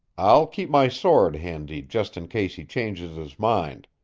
i'll keep my sword handy, just in case he changes his mind,